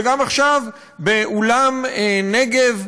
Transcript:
וגם עכשיו באולם "נגב"